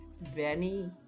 Benny